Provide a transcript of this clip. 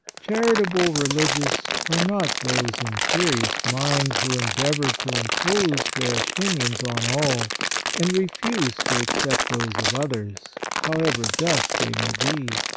charitable religious are not those imperious minds who endeavour to impose their opinions on all and refuse to accept those of others, however just they may be,